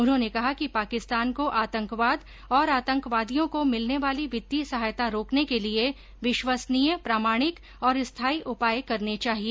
उन्होंने कहा कि पाकिस्तान को आतंकवाद और आतंकवादियों को मिलने वाली वित्तीय सहायता रोकने के लिए विश्वसनीय प्रमाणिक और स्थाई उपाय करने चाहिए